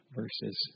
verses